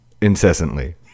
incessantly